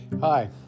Hi